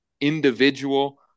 individual